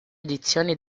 edizioni